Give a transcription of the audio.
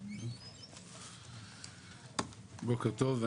בוקר טוב,